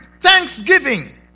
thanksgiving